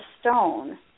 stone